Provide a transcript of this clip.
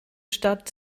stadt